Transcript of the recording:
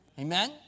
Amen